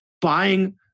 buying